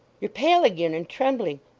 you're pale again, and trembling.